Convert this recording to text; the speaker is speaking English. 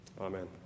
Amen